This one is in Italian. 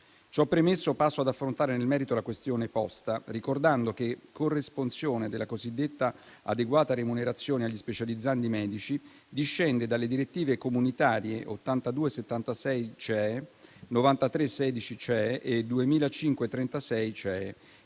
Ciò premesso, passo ad affrontare nel merito la questione posta, ricordando che la corresponsione della cosiddetta adeguata remunerazione agli specializzandi medici discende dalle direttive comunitarie 82/76/CEE, 93/16/CEE e 2500/36 CEE,